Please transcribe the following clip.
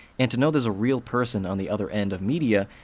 and to know there's a real person on the other end of media,